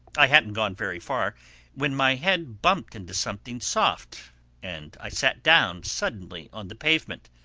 i hadn't gone very far when my head bumped into something soft and i sat down suddenly on the pavement.